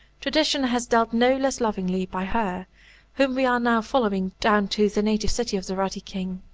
tradition has dealt no less lovingly by her whom we are now following down to the native city of the ruddy king.